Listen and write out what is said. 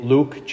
Luke